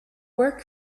work